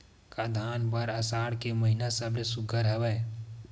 का धान बर आषाढ़ के महिना सबले सुघ्घर हवय?